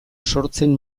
sortzen